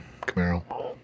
camaro